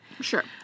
Sure